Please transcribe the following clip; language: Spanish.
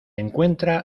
encuentra